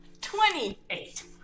Twenty-eight